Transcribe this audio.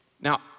Now